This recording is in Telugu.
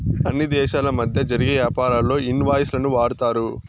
అన్ని దేశాల మధ్య జరిగే యాపారాల్లో ఇన్ వాయిస్ లను వాడతారు